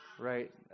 Right